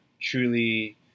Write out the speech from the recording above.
truly